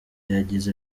yagize